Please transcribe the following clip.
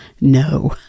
No